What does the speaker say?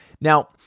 Now